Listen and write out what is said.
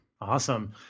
Awesome